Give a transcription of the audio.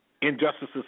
injustices